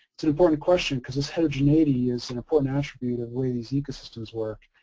it's an important question because this heterogeneity is an important attribute of where these ecosystems were.